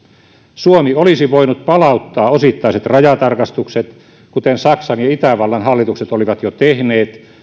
suomi olisi voinut palauttaa osittaiset rajatarkastukset kuten saksan ja itävallan hallitukset olivat jo tehneet